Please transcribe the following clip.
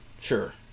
Sure